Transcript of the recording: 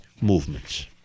movements